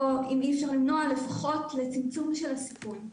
אם לפחות לצמצום הסיכון.